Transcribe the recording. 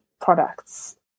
products